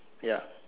ya